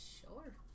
Sure